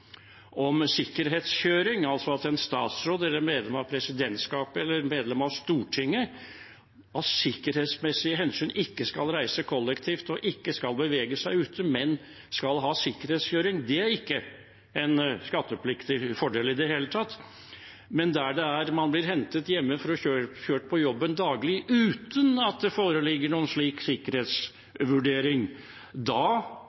medlem av presidentskapet eller et medlem av Stortinget av sikkerhetsmessige hensyn ikke skal reise kollektivt og ikke skal bevege seg ute, er det ikke en skattepliktig fordel i det hele tatt. Men dersom man blir hentet hjemme for å bli kjørt på jobben daglig uten at det foreligger noen slik